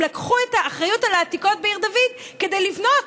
הם לקחו את האחריות על העתיקות בעיר דוד כדי לבנות,